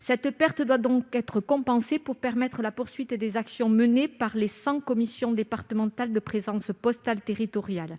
Cette perte doit donc être compensée pour permettre la poursuite des actions menées par les 100 commissions départementales de présence postale territoriale.